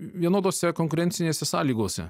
vienodose konkurencinėse sąlygose